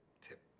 tip